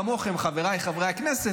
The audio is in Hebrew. כמוכם חבריי חברי הכנסת,